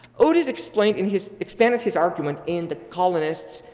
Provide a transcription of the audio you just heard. otis explained in his expanded his argument in the colonists,